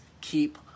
keep